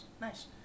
Nice